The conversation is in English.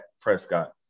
Prescott